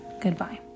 goodbye